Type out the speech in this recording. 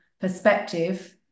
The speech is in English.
Perspective